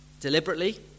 deliberately